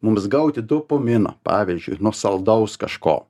mums gauti dopamino pavyzdžiui nuo saldaus kažko